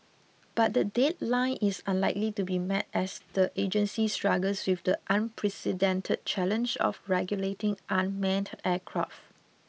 but the deadline is unlikely to be met as the agency struggles with the unprecedented challenge of regulating unmanned aircraft